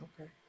Okay